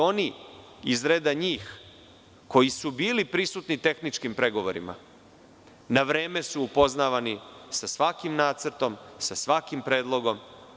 Oni, iz reda njih, koji su bili prisutni na tehničkim pregovorima na vreme su upoznavani sa svakim nacrtom, sa svakim predlogom.